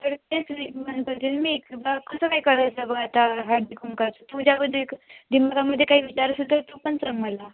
तर तेच मी म्हणत होती मी एक बा कसं काय करायचं बा आता हा हळदी कुंकवाचं तुझ्यामध्ये एक दिमागामध्ये काही विचार असेल तर तो पण सांग मला